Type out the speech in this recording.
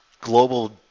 global